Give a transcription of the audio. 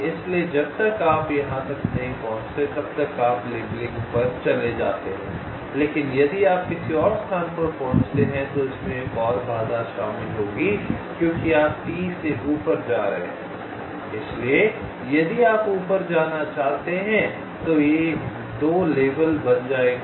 इसलिए जब तक आप यहां तक नहीं पहुंचते तब तक आप लेबलिंग पर चले जाते हैं लेकिन यदि आप किसी और स्थान पर पहुंचते हैं तो इसमें एक और बाधा शामिल होगी क्योंकि आप T से ऊपर जा रहे हैं इसलिए यदि आप ऊपर जाना चाहते हैं तो ये 2 लेबल बन जाएंगे